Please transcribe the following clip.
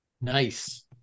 Nice